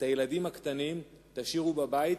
את הילדים הקטנים תשאירו בבית,